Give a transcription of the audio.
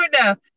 enough